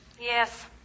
Yes